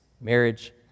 marriage